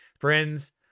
friends